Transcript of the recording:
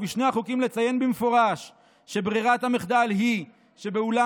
ובשני החוקים לציין במפורש שברירת המחדל היא שבאולם